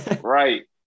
Right